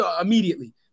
immediately